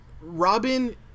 Robin